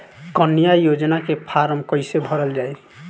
कन्या योजना के फारम् कैसे भरल जाई?